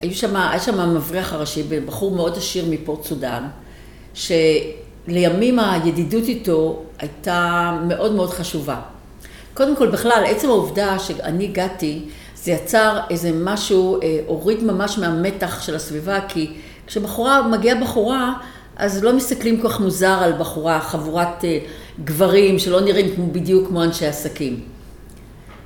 היה שם מבריח הראשי, בחור מאוד עשיר מפורט סודן, שלימים הידידות איתו הייתה מאוד מאוד חשובה. קודם כל, בכלל, עצם העובדה שאני הגעתי, זה יצר איזה משהו, הוריד ממש מהמתח של הסביבה, כי כשבחורה, מגיעה בחורה, אז לא מסתכלים כל כך מוזר על בחורה חבורת גברים, שלא נראים בדיוק כמו אנשי עסקים.